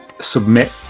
submit